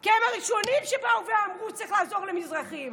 כי הם הראשונים שבאו ואמרו שצריך לעזור למזרחים.